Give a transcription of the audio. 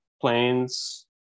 planes